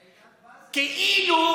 זה ועידת ואנזה כאילו,